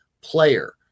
player